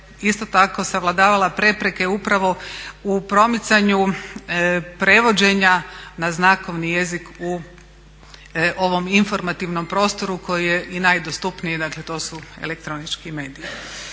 isto tako savladavala prepreke upravo u promicanju prevođenja na znakovni jezik u ovom informativnom prostoru koji je i najdostupniji, dakle to su elektronički mediji.